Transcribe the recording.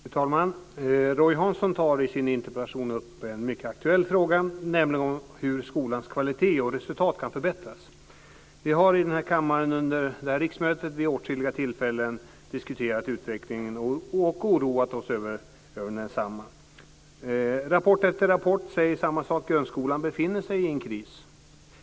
Fru talman! Roy Hansson tar i sin interpellation upp en mycket aktuell fråga, nämligen hur skolans kvalitet och resultat kan förbättras. Vi har i denna kammare under detta riksmöte vid åtskilliga tillfällen diskuterat utvecklingen och oroat oss över densamma. I rapport efter rapport sägs samma sak, nämligen att grundskolan befinner sig i en kris.